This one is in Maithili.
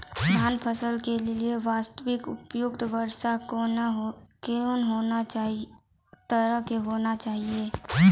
धान फसल के बास्ते उपयुक्त वर्षा कोन तरह के होना चाहियो?